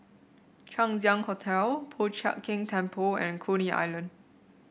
Chang Ziang Hotel Po Chiak Keng Temple and Coney Island